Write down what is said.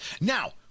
now